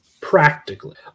practically